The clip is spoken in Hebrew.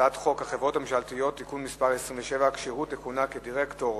חוק החברות הממשלתיות (תיקון מס' 27) (כשירות לכהונה כדירקטור),